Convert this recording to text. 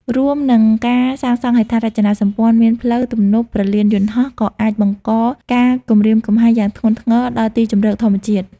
រួមនឹងការសាងសង់ហេដ្ឋារចនាសម្ព័ន្ធមាន ផ្លូវ ទំនប់ ព្រលានយន្តហោះ ក៏អាចបង្កការគំរាមកំហែងយ៉ាងធ្ងន់ធ្ងរដល់ទីជម្រកធម្មជាតិ។